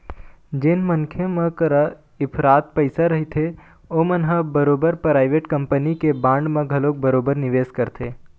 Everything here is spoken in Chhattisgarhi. जेन मनखे मन करा इफरात पइसा रहिथे ओमन ह बरोबर पराइवेट कंपनी के बांड म घलोक बरोबर निवेस करथे